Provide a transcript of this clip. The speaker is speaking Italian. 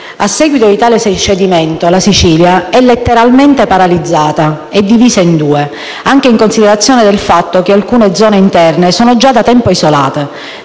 A seguito di tale cedimento, la Sicilia è letteralmente paralizzata e divisa in due, anche in considerazione del fatto che alcune zone interne sono già da tempo isolate,